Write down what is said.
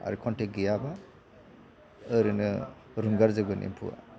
आरो कन्टेक्ट गैयाबा ओरैनो रुंगार जोबगोन एम्फौआ